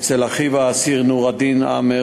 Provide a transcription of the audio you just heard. אצל אחיו האסיר נור-א-דין עמאר,